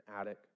attic